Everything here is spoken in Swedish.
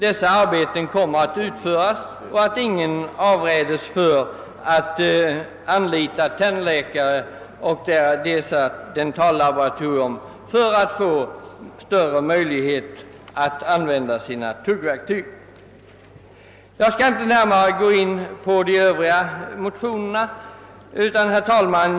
Dessa arbeten borde jämställas, och sjukvården över huvud taget borde stå på samma nivå vid beräkningen av beskattningen.